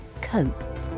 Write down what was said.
cope